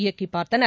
இயக்கிபார்த்தனர்